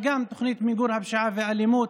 וגם התוכנית למיגור הפשיעה והאלימות,